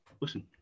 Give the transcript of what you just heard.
listen